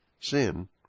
Sin